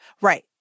Right